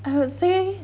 I would say